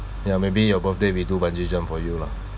ya maybe your birthday we do bungee jump for you lah